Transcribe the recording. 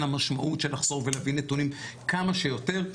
המשמעות של לחשוף ולהביא נתונים כמה שיותר.